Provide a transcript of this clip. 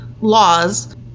laws